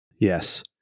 yes